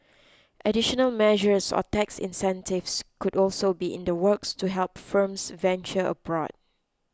additional measures or tax incentives could also be in the works to help firms venture abroad